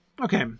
okay